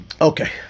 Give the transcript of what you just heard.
Okay